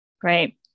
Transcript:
great